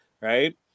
Right